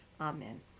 Amen